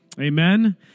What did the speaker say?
Amen